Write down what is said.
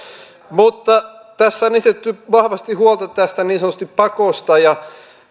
mutta tässä on esitetty vahvasti huolta tästä niin sanotusta pakosta ja